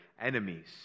enemies